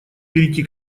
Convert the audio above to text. перейти